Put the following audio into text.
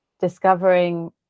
discovering